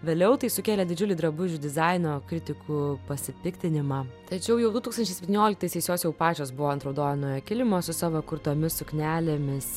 vėliau tai sukėlė didžiulį drabužių dizaino kritikų pasipiktinimą tačiau jau du tūkstančiai septynioliktaisiais jos jau pačios buvo ant raudonojo kilimo su savo kurtomis suknelėmis